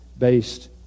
based